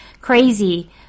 crazy